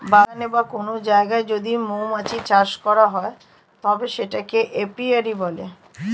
বাগানে বা কোন জায়গায় যদি মৌমাছি চাষ করা হয় তবে সেটাকে এপিয়ারী বলে